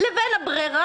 או האם לקבל את הברירה,